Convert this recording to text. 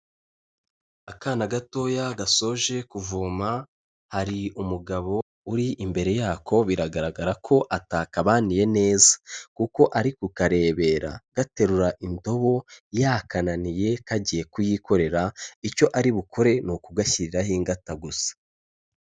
Akana gatoya gasoje kuvoma, hari umugabo uri imbere yako, biragaragara ko atakabaniye neza kuko ari kukarebera gaterura indobo yakananiye kagiye kuyikorera, icyo ari bukore ni ukugashyiriraho ingata gusa.